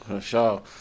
Sure